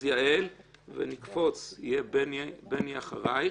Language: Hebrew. אז יעל ונקפוץ, בני יהיה אחרייך.